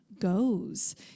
goes